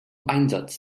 einsatz